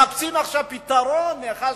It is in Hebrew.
מחפשים עכשיו פתרון, מאחר